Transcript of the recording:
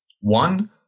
One